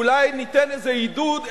אולי ניתן איזה עידוד,